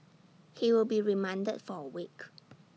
he will be remanded for A week